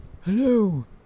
Hello